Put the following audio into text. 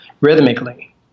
Rhythmically